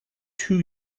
two